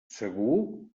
segur